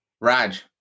Raj